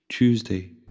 Tuesday